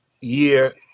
year